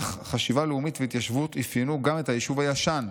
אך חשיבה לאומית והתיישבות אפיינו גם את היישוב הישן.